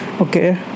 Okay